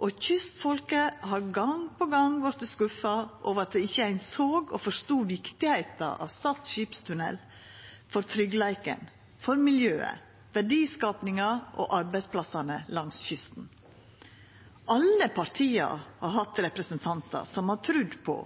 og kystfolket har gong på gong vorte skuffa over at ein ikkje såg og forstod viktigheita av Stad skipstunnel for tryggleiken, miljøet, verdiskapinga og arbeidsplassane langs kysten. Alle partia har hatt representantar som har trudd på